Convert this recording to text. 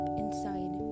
inside